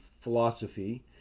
philosophy